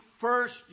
first